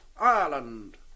Ireland